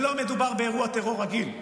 ולא מדובר באירוע טרור רגיל,